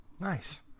nice